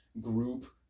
group